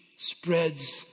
Spreads